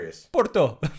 Porto